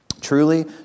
Truly